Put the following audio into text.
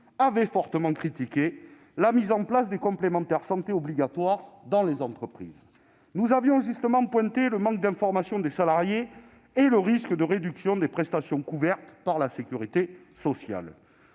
avait fortement critiqué la mise en place des complémentaires santé obligatoires dans les entreprises, pointant le manque d'information des salariés et le risque de réduction des prestations couvertes par la sécurité sociale.